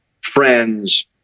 friends